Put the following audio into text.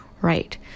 right